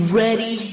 ready